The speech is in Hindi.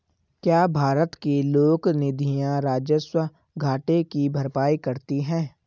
क्या भारत के लोक निधियां राजस्व घाटे की भरपाई करती हैं?